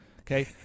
Okay